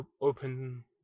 open